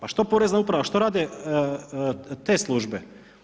A što Porezna uprava, što rade te službe?